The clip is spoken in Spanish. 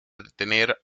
detener